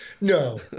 No